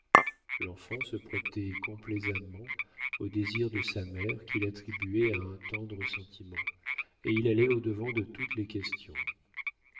l'enfant se prêtait complaisamment aux désirs de sa mère qu'il attribuait à un tendre sentiment et il allait au-devant de toutes les questions